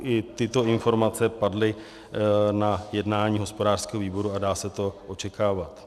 I tyto informace padly na jednání hospodářského výboru a dá se to očekávat.